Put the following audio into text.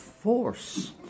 Force